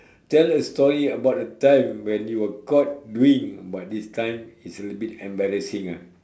tell a story about a time when you were caught doing but this time it's a little bit embarrassing ah